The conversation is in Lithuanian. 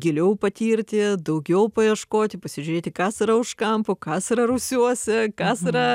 giliau patirti daugiau paieškoti pasižiūrėti kas yra už kampo kas yra rūsiuose kas yra